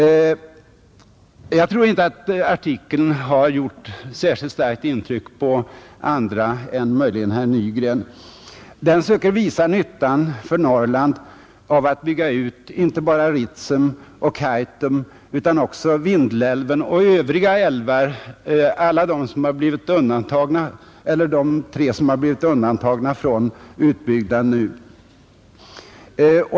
Jag tror inte att artikeln har gjort särskilt starkt intryck på andra än herr Nygren. Den söker visa nyttan för Norrland av att bygga ut inte bara Ritsem och Kaitum utan också Vindelälven och de övriga älvar som hittills varit undantagna från utbyggnad.